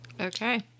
Okay